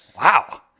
Wow